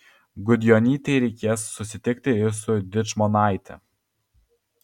gudjonytei reikės susitikti ir su dičmonaite